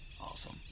Awesome